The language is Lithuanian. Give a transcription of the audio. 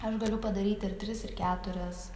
aš galiu padaryt ir tris ir keturias